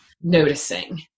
noticing